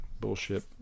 bullshit